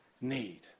need